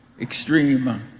extreme